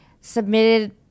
submitted